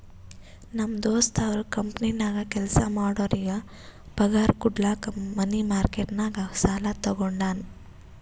ನಮ್ ದೋಸ್ತ ಅವ್ರ ಕಂಪನಿನಾಗ್ ಕೆಲ್ಸಾ ಮಾಡೋರಿಗ್ ಪಗಾರ್ ಕುಡ್ಲಕ್ ಮನಿ ಮಾರ್ಕೆಟ್ ನಾಗ್ ಸಾಲಾ ತಗೊಂಡಾನ್